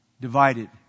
Divided